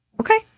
Okay